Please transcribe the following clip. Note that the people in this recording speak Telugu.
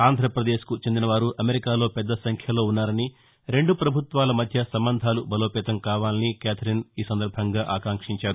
ఆంధ్రప్రదేశ్కు చెందిన వారు అమెరికాలో పెద్ద సంఖ్యలో ఉన్నారని రెండు పభుత్వాల మధ్య సంబంధాలు బలోపేతం కావాలని కేథరిన్ ఆకాంక్షించారు